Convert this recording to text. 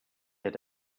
had